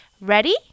Ready